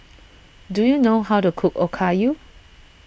do you know how to cook Okayu